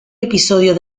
episodio